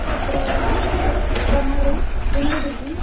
तत्र डमरु दुन्दुभिः